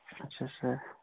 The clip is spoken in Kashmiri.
اچھا اچھا